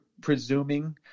presuming